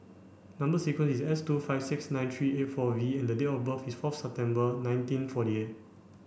number sequence is S two five six nine three eight four V and date of birth is fourth September nineteen forty eight